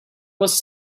was